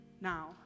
now